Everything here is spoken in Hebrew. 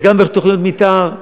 וגם בתוכניות מתאר,